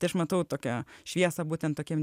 tai aš matau tokią šviesą būtent tokiam